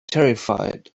terrified